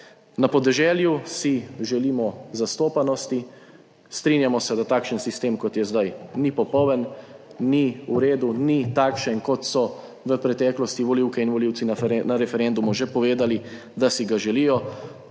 Na podeželju si želimo zastopanosti, strinjamo se, da takšen sistem, kot je zdaj, ni popoln, ni v redu, ni takšen, kot so v preteklosti volivke in volivci na referendumu že povedali, da si ga želijo,